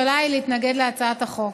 משכך, עמדת הממשלה היא להתנגד להצעת החוק.